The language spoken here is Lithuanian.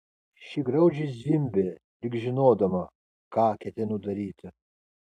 ši graudžiai zvimbė lyg žinodama ką ketinu daryti